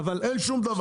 אבל אין שום דבר,